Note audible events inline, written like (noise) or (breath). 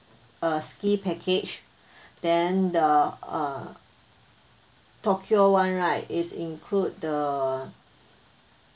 a ski package (breath) then the uh tokyo [one] right is include the